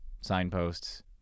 signposts